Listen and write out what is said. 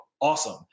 Awesome